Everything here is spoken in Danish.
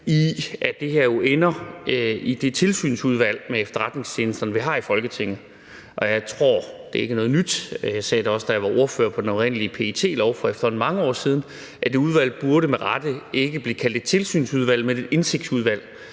i, at det her jo ender i det tilsynsudvalg med efterretningstjenesterne, som vi har i Folketinget. Jeg tror ikke – og det er ikke noget nyt, jeg sagde det også, da jeg var ordfører på den oprindelige PET-lov for efterhånden mange år siden – at det udvalg med rette ikke burde blive kaldt et tilsynsudvalg, men et indsigtsudvalg.